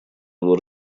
его